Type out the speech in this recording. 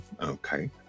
Okay